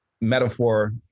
metaphor